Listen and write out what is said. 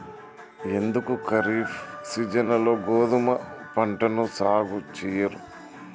ఎందుకు ఖరీఫ్ సీజన్లో గోధుమ పంటను సాగు చెయ్యరు?